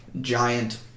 giant